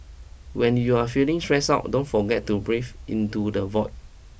when you are feeling stressed out don't forget to breathe into the void